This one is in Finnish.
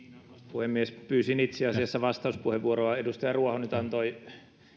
puhemies pyysin itse asiassa vastauspuheenvuoroa edustaja ruoho nyt antoi